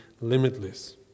limitless